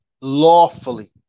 lawfully